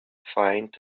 find